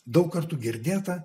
daug kartų girdėta